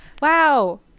Wow